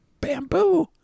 Bamboo